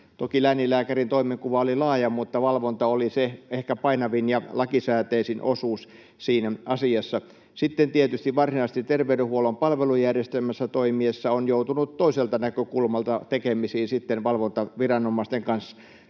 Toki lääninlääkärin toimenkuva oli laaja, mutta valvonta oli se ehkä painavin ja lakisääteisin osuus siinä asiassa. Sitten tietysti varsinaisesti terveydenhuollon palvelujärjestelmässä toimiessa olen joutunut toiselta näkökulmalta tekemisiin sitten valvontaviranomaisten kanssa.